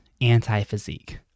anti-physique